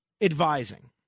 advising